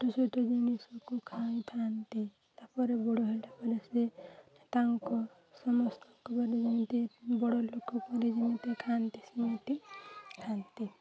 ଛୋଟ ଛୋଟ ଜିନିଷକୁ ଖାଇଥାନ୍ତି ତା'ପରେ ବଡ଼ ହେଲା ବ ସେ ତାଙ୍କ ସମସ୍ତଙ୍କ ଯେମିତି ବଡ଼ ଲୋକଙ୍କ ଯେମିତି ଖାଆନ୍ତି ସେମିତି ଖଥାଆନ୍ତି